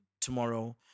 tomorrow